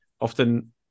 often